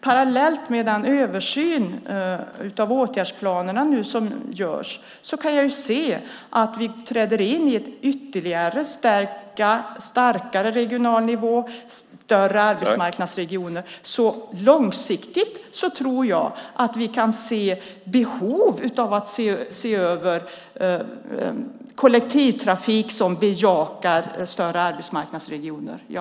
Parallellt med den översyn av åtgärdsplanerna som görs kan jag icke desto mindre se att vi träder in i en ännu starkare regional nivå och större arbetsmarknadsregioner. Långsiktigt tror jag alltså att vi kan se behov av att se över kollektivtrafik som bejakar större arbetsmarknadsregioner - ja.